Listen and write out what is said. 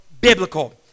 biblical